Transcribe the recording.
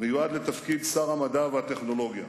מיועד לתפקיד שר המדע והטכנולוגיה,